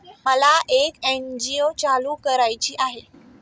मला एक एन.जी.ओ चालू करायची आहे